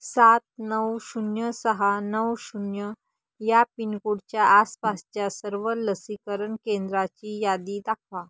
सात नऊ शून्य सहा नऊ शून्य या पिनकोडच्या आसपासच्या सर्व लसीकरण केंद्राची यादी दाखवा